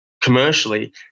commercially